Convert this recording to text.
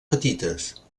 petites